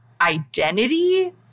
identity